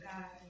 God